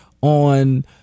on